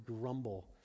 grumble